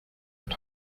have